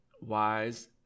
Wise